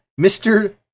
Mr